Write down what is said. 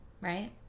right